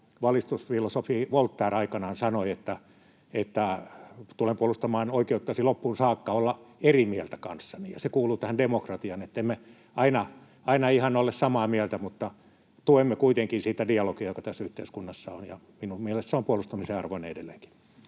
valistusfilosofi Voltaire aikanaan sanoi, että tulen puolustamaan loppuun saakka oikeuttasi olla eri mieltä kanssani. Se kuuluu demokratiaan, ettemme aina ihan ole samaa mieltä mutta tuemme kuitenkin sitä dialogia, joka tässä yhteiskunnassa on. Minun mielestäni se on puolustamisen arvoinen edelleenkin.